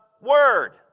word